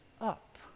up